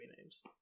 names